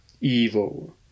evil